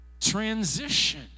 Transition